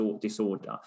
disorder